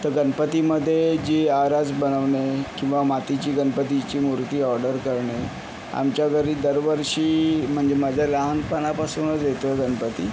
तर गणपतीमध्ये जी आरास बनवणे किंवा मातीची गणपतीची मूर्ती ऑर्डर करणे आमच्या घरी दरवर्षी म्हणजे माझ्या लहानपणापासूनच येतो आहे गणपती